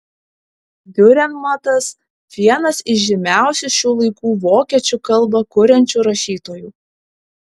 diurenmatas vienas iš žymiausių šių laikų vokiečių kalba kuriančių rašytojų